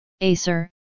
Acer